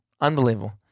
Unbelievable